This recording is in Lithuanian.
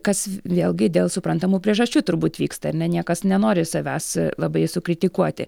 kas vėlgi dėl suprantamų priežasčių turbūt vyksta ar ne niekas nenori savęs labai sukritikuoti